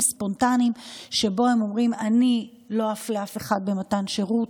ספונטניים שבהם הם אומרים: אני לא אפלה אף אחד במתן שירות,